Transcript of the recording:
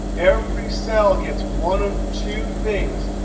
every cell gets one of two things.